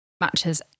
matches